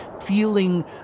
feeling